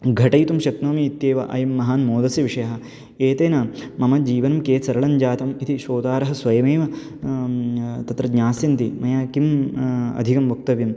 घटयितुं शक्नोमि इत्येव अयं महान् मोदस्य विषयः एतेन मम जीवनं कियत् सरलं जातम् इति शोधारः स्वयमेव तत्र ज्ञास्यन्ति मया किम् अधिकं वक्तव्यं